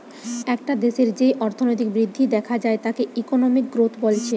একটা দেশের যেই অর্থনৈতিক বৃদ্ধি দেখা যায় তাকে ইকোনমিক গ্রোথ বলছে